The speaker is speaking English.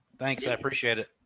thanks. i appreciate it.